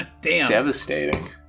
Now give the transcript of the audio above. Devastating